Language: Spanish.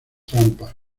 tampa